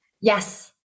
Yes